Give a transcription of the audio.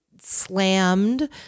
slammed